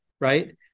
right